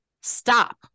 Stop